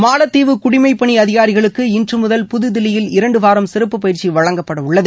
மாலத்தீவு குடிமைப் பணி அதிகாரிகளுக்கு இன்று முதல் புதுதில்லியில் இரண்டுவாரம் சிறப்பு பயிற்சி வழங்கப்படவுள்ளது